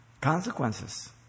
Consequences